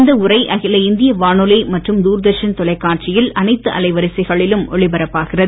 இந்த உரை அகில இந்திய வானொலி மற்றும் தூர்தர்ஷன் தொலைக்காட்சியில் அனைத்து அலைவரிசைகளிலும் ஒலிபரப்பாகிறது